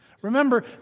Remember